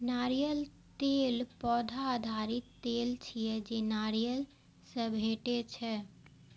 नारियल तेल पौधा आधारित तेल छियै, जे नारियल सं भेटै छै